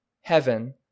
heaven